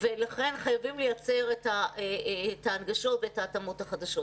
ולכן חייבים לייצר התאמות והנגשות חדשות.